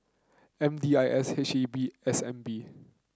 M D I S H E B S N B